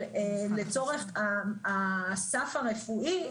אבל לצורך הסף הרפואי,